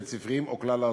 בית-ספריים וכלל-ארציים.